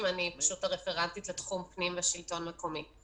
רפרנטית לתחום פנים ושלטון מקומי.